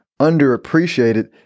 underappreciated